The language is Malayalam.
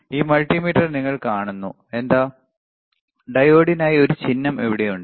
ഈ മൾട്ടിമീറ്ററിൽ നിങ്ങൾ കാണുന്നതു എന്താ ഡയോഡിനായി ഒരു ചിഹ്നം ഇവിടെയുണ്ട്